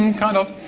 and kind of.